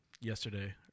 yesterday